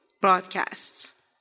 broadcasts